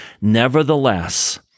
Nevertheless